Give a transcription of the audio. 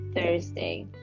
Thursday